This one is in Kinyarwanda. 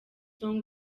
song